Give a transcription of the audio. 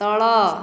ତଳ